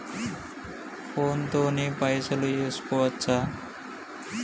Phone తోని పైసలు వేసుకోవచ్చా?